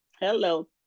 Hello